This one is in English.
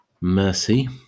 Mercy